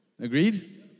Agreed